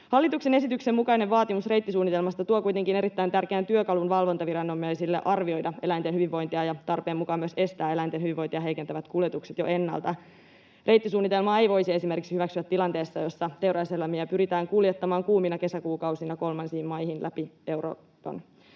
Hallituksen esityksen mukainen vaatimus reittisuunnitelmasta tuo kuitenkin erittäin tärkeän työkalun valvontaviranomaisille arvioida eläinten hyvinvointia ja tarpeen mukaan myös estää eläinten hyvinvointia heikentävät kuljetukset jo ennalta. Reittisuunnitelmaa ei voisi esimerkiksi hyväksyä tilanteessa, jossa teuraseläimiä pyritään kuljettamaan kuumina kesäkuukausina kolmansiin maihin läpi Euroopan.